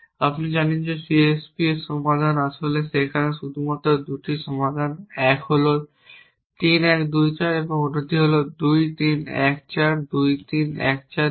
আপনি জানেন যে CSP এর সমাধান আসলে সেখানে মাত্র 2টি সমাধান 1 হল 3 1 2 4 এবং অন্যটি হল 2 3 1 4 2 3 1 4 2